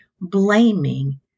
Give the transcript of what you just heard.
blaming